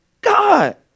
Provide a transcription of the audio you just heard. God